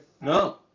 No